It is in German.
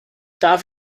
darf